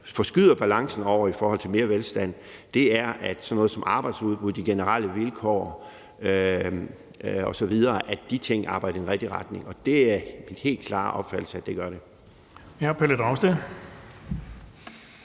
forskyder balancen i retning af mere velstand, er sådan noget som arbejdsudbud, de generelle vilkår osv., og at de ting arbejder i den rigtige retning, og det er min helt klare opfattelse, at det gør de.